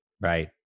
right